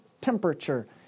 temperature